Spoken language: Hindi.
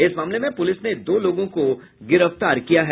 इस मामले में पुलिस ने दो लोगों को गिरफ्तार किया है